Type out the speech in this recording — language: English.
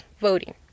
voting